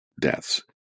deaths